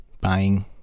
buying